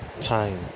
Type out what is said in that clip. time